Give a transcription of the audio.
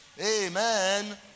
Amen